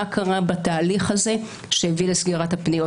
מה קרה בתהליך הזה שהביא לסגירת הפניות?